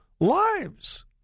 lives